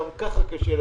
גם כך קשה לעסקים.